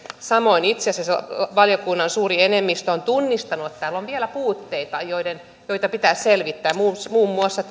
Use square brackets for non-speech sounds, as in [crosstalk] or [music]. samoin itse asiassa valiokunnan suuri enemmistö on tunnistanut että täällä on vielä puutteita joita pitää selvittää muun muassa [unintelligible]